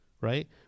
right